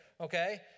okay